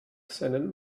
seinen